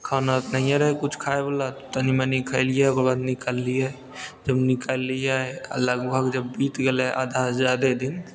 खाना नहिए रहै किछु खाए बला तनी मनी खइलियै ओकर बाद निकललियै जब निकललियै आ लगभग जब बीत गेलै आधासँ जादे दिन